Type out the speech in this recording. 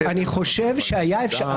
חושב שהיה אפשר,